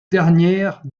dernière